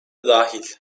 dahil